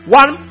one